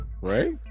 Right